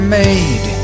made